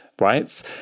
right